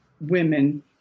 women